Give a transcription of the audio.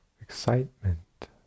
excitement